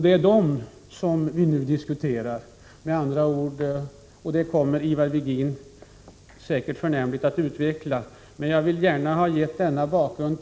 Det är dem vi nu diskuterar, och detta kommer Ivar Virgin säkert förnämligt att utveckla. Jag vill emellertid gärna ha gett denna bakgrund.